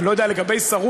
אני לא יודע לגבי שרות.